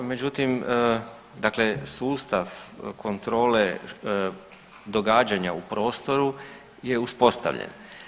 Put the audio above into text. Međutim dakle sustav kontrole događanja u prostoru je uspostavljen.